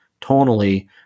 tonally